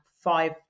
five